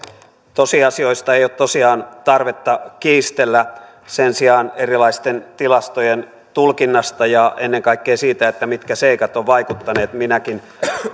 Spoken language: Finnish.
tosiasioista ei ole tosiaan tarvetta kiistellä sen sijaan erilaisten tilastojen tulkinnasta ja ennen kaikkea siitä mitkä seikat ovat vaikuttaneet minäkin